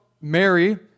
Mary